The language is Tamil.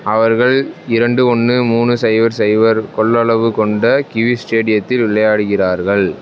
அவர்கள் இரண்டு ஒன்று மூணு சைபர் சைபர் கொள்ளளவு கொண்ட கிவிஸ் ஸ்டேடியத்தில் விளையாடுகிறார்கள்